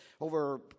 over